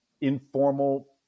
informal